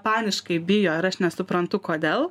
paniškai bijo ir aš nesuprantu kodėl